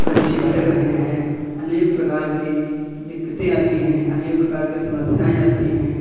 पक्षी भटक रहे हैं अनेक प्रकार की दिक्कतें आती हैं अनेक प्रकार की समस्याएँ आती हैं